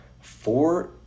four